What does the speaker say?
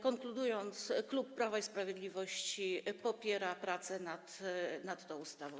Konkludując, klub Prawa i Sprawiedliwości popiera prace nad tą ustawą.